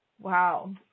Wow